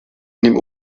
nimm